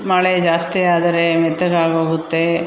ಮಳೆ ಜಾಸ್ತಿ ಆದರೆ ಮೆತ್ತಗಾಗೋಗುತ್ತೆ